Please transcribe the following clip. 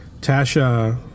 Tasha